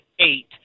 eight